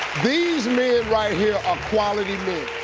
these men right here are quality men.